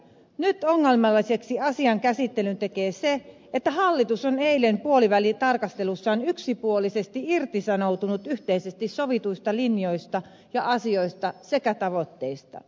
nyt ongelmalliseksi asian käsittelyn tekee se että hallitus on eilen puolivälitarkastelussaan yksipuolisesti irtisanoutunut yhteisesti sovituista linjoista ja asioista sekä tavoitteista